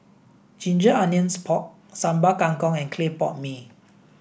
ginger onions pork Sambal Kangkong and clay pot mee